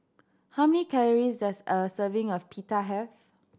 how many calories does a serving of Pita have